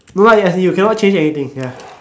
but what yes you cannot change anything ya